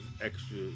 extra